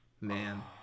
Man